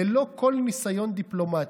ללא כל ניסיון דיפלומטי.